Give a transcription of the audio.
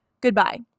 Goodbye